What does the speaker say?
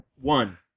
One